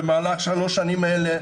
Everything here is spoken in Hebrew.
במהלך שלוש השנים האלה,